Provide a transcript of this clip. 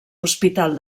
hospital